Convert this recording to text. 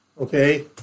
Okay